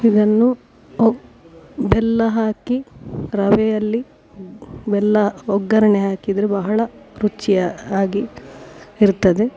ಇದನ್ನು ಓಕ್ ಬೆಲ್ಲ ಹಾಕಿ ರವೆಯಲ್ಲಿ ಬೆಲ್ಲ ಒಗ್ಗರಣೆ ಹಾಕಿದರೆ ಬಹಳ ರುಚಿ ಆಗಿ ಇರ್ತದೆ